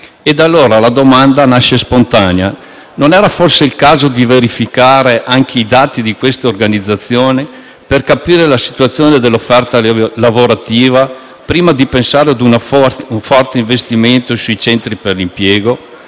ed allora la domanda nasce spontanea: non era forse il caso di verificare anche i dati di queste organizzazioni per capire la situazione dell'offerta lavorativa, prima di pensare ad un forte investimento sui centri per l'impiego?